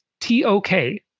T-O-K